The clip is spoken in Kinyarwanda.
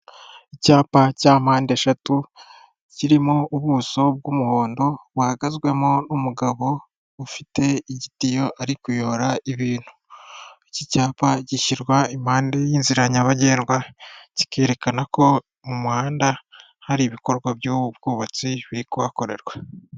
Icyapa cya mpande eshatu kirimo ubuso bw'umuhondo buhagazwemo n'umugabo ufite igitiyo ari kuyora ibintu, iki cyapa gishyirwa impande y'inzira nyabagendwa kikerekana ko mu muhanda hari ibikorwa by'ubwubatsi biri kuhakorerwa.